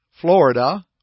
Florida